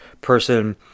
person